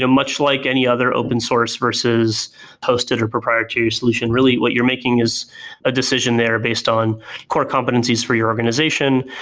ah much like any other open source versus hosted or proprietary solution, really, what you're making is a decision there based on core competencies for your organization,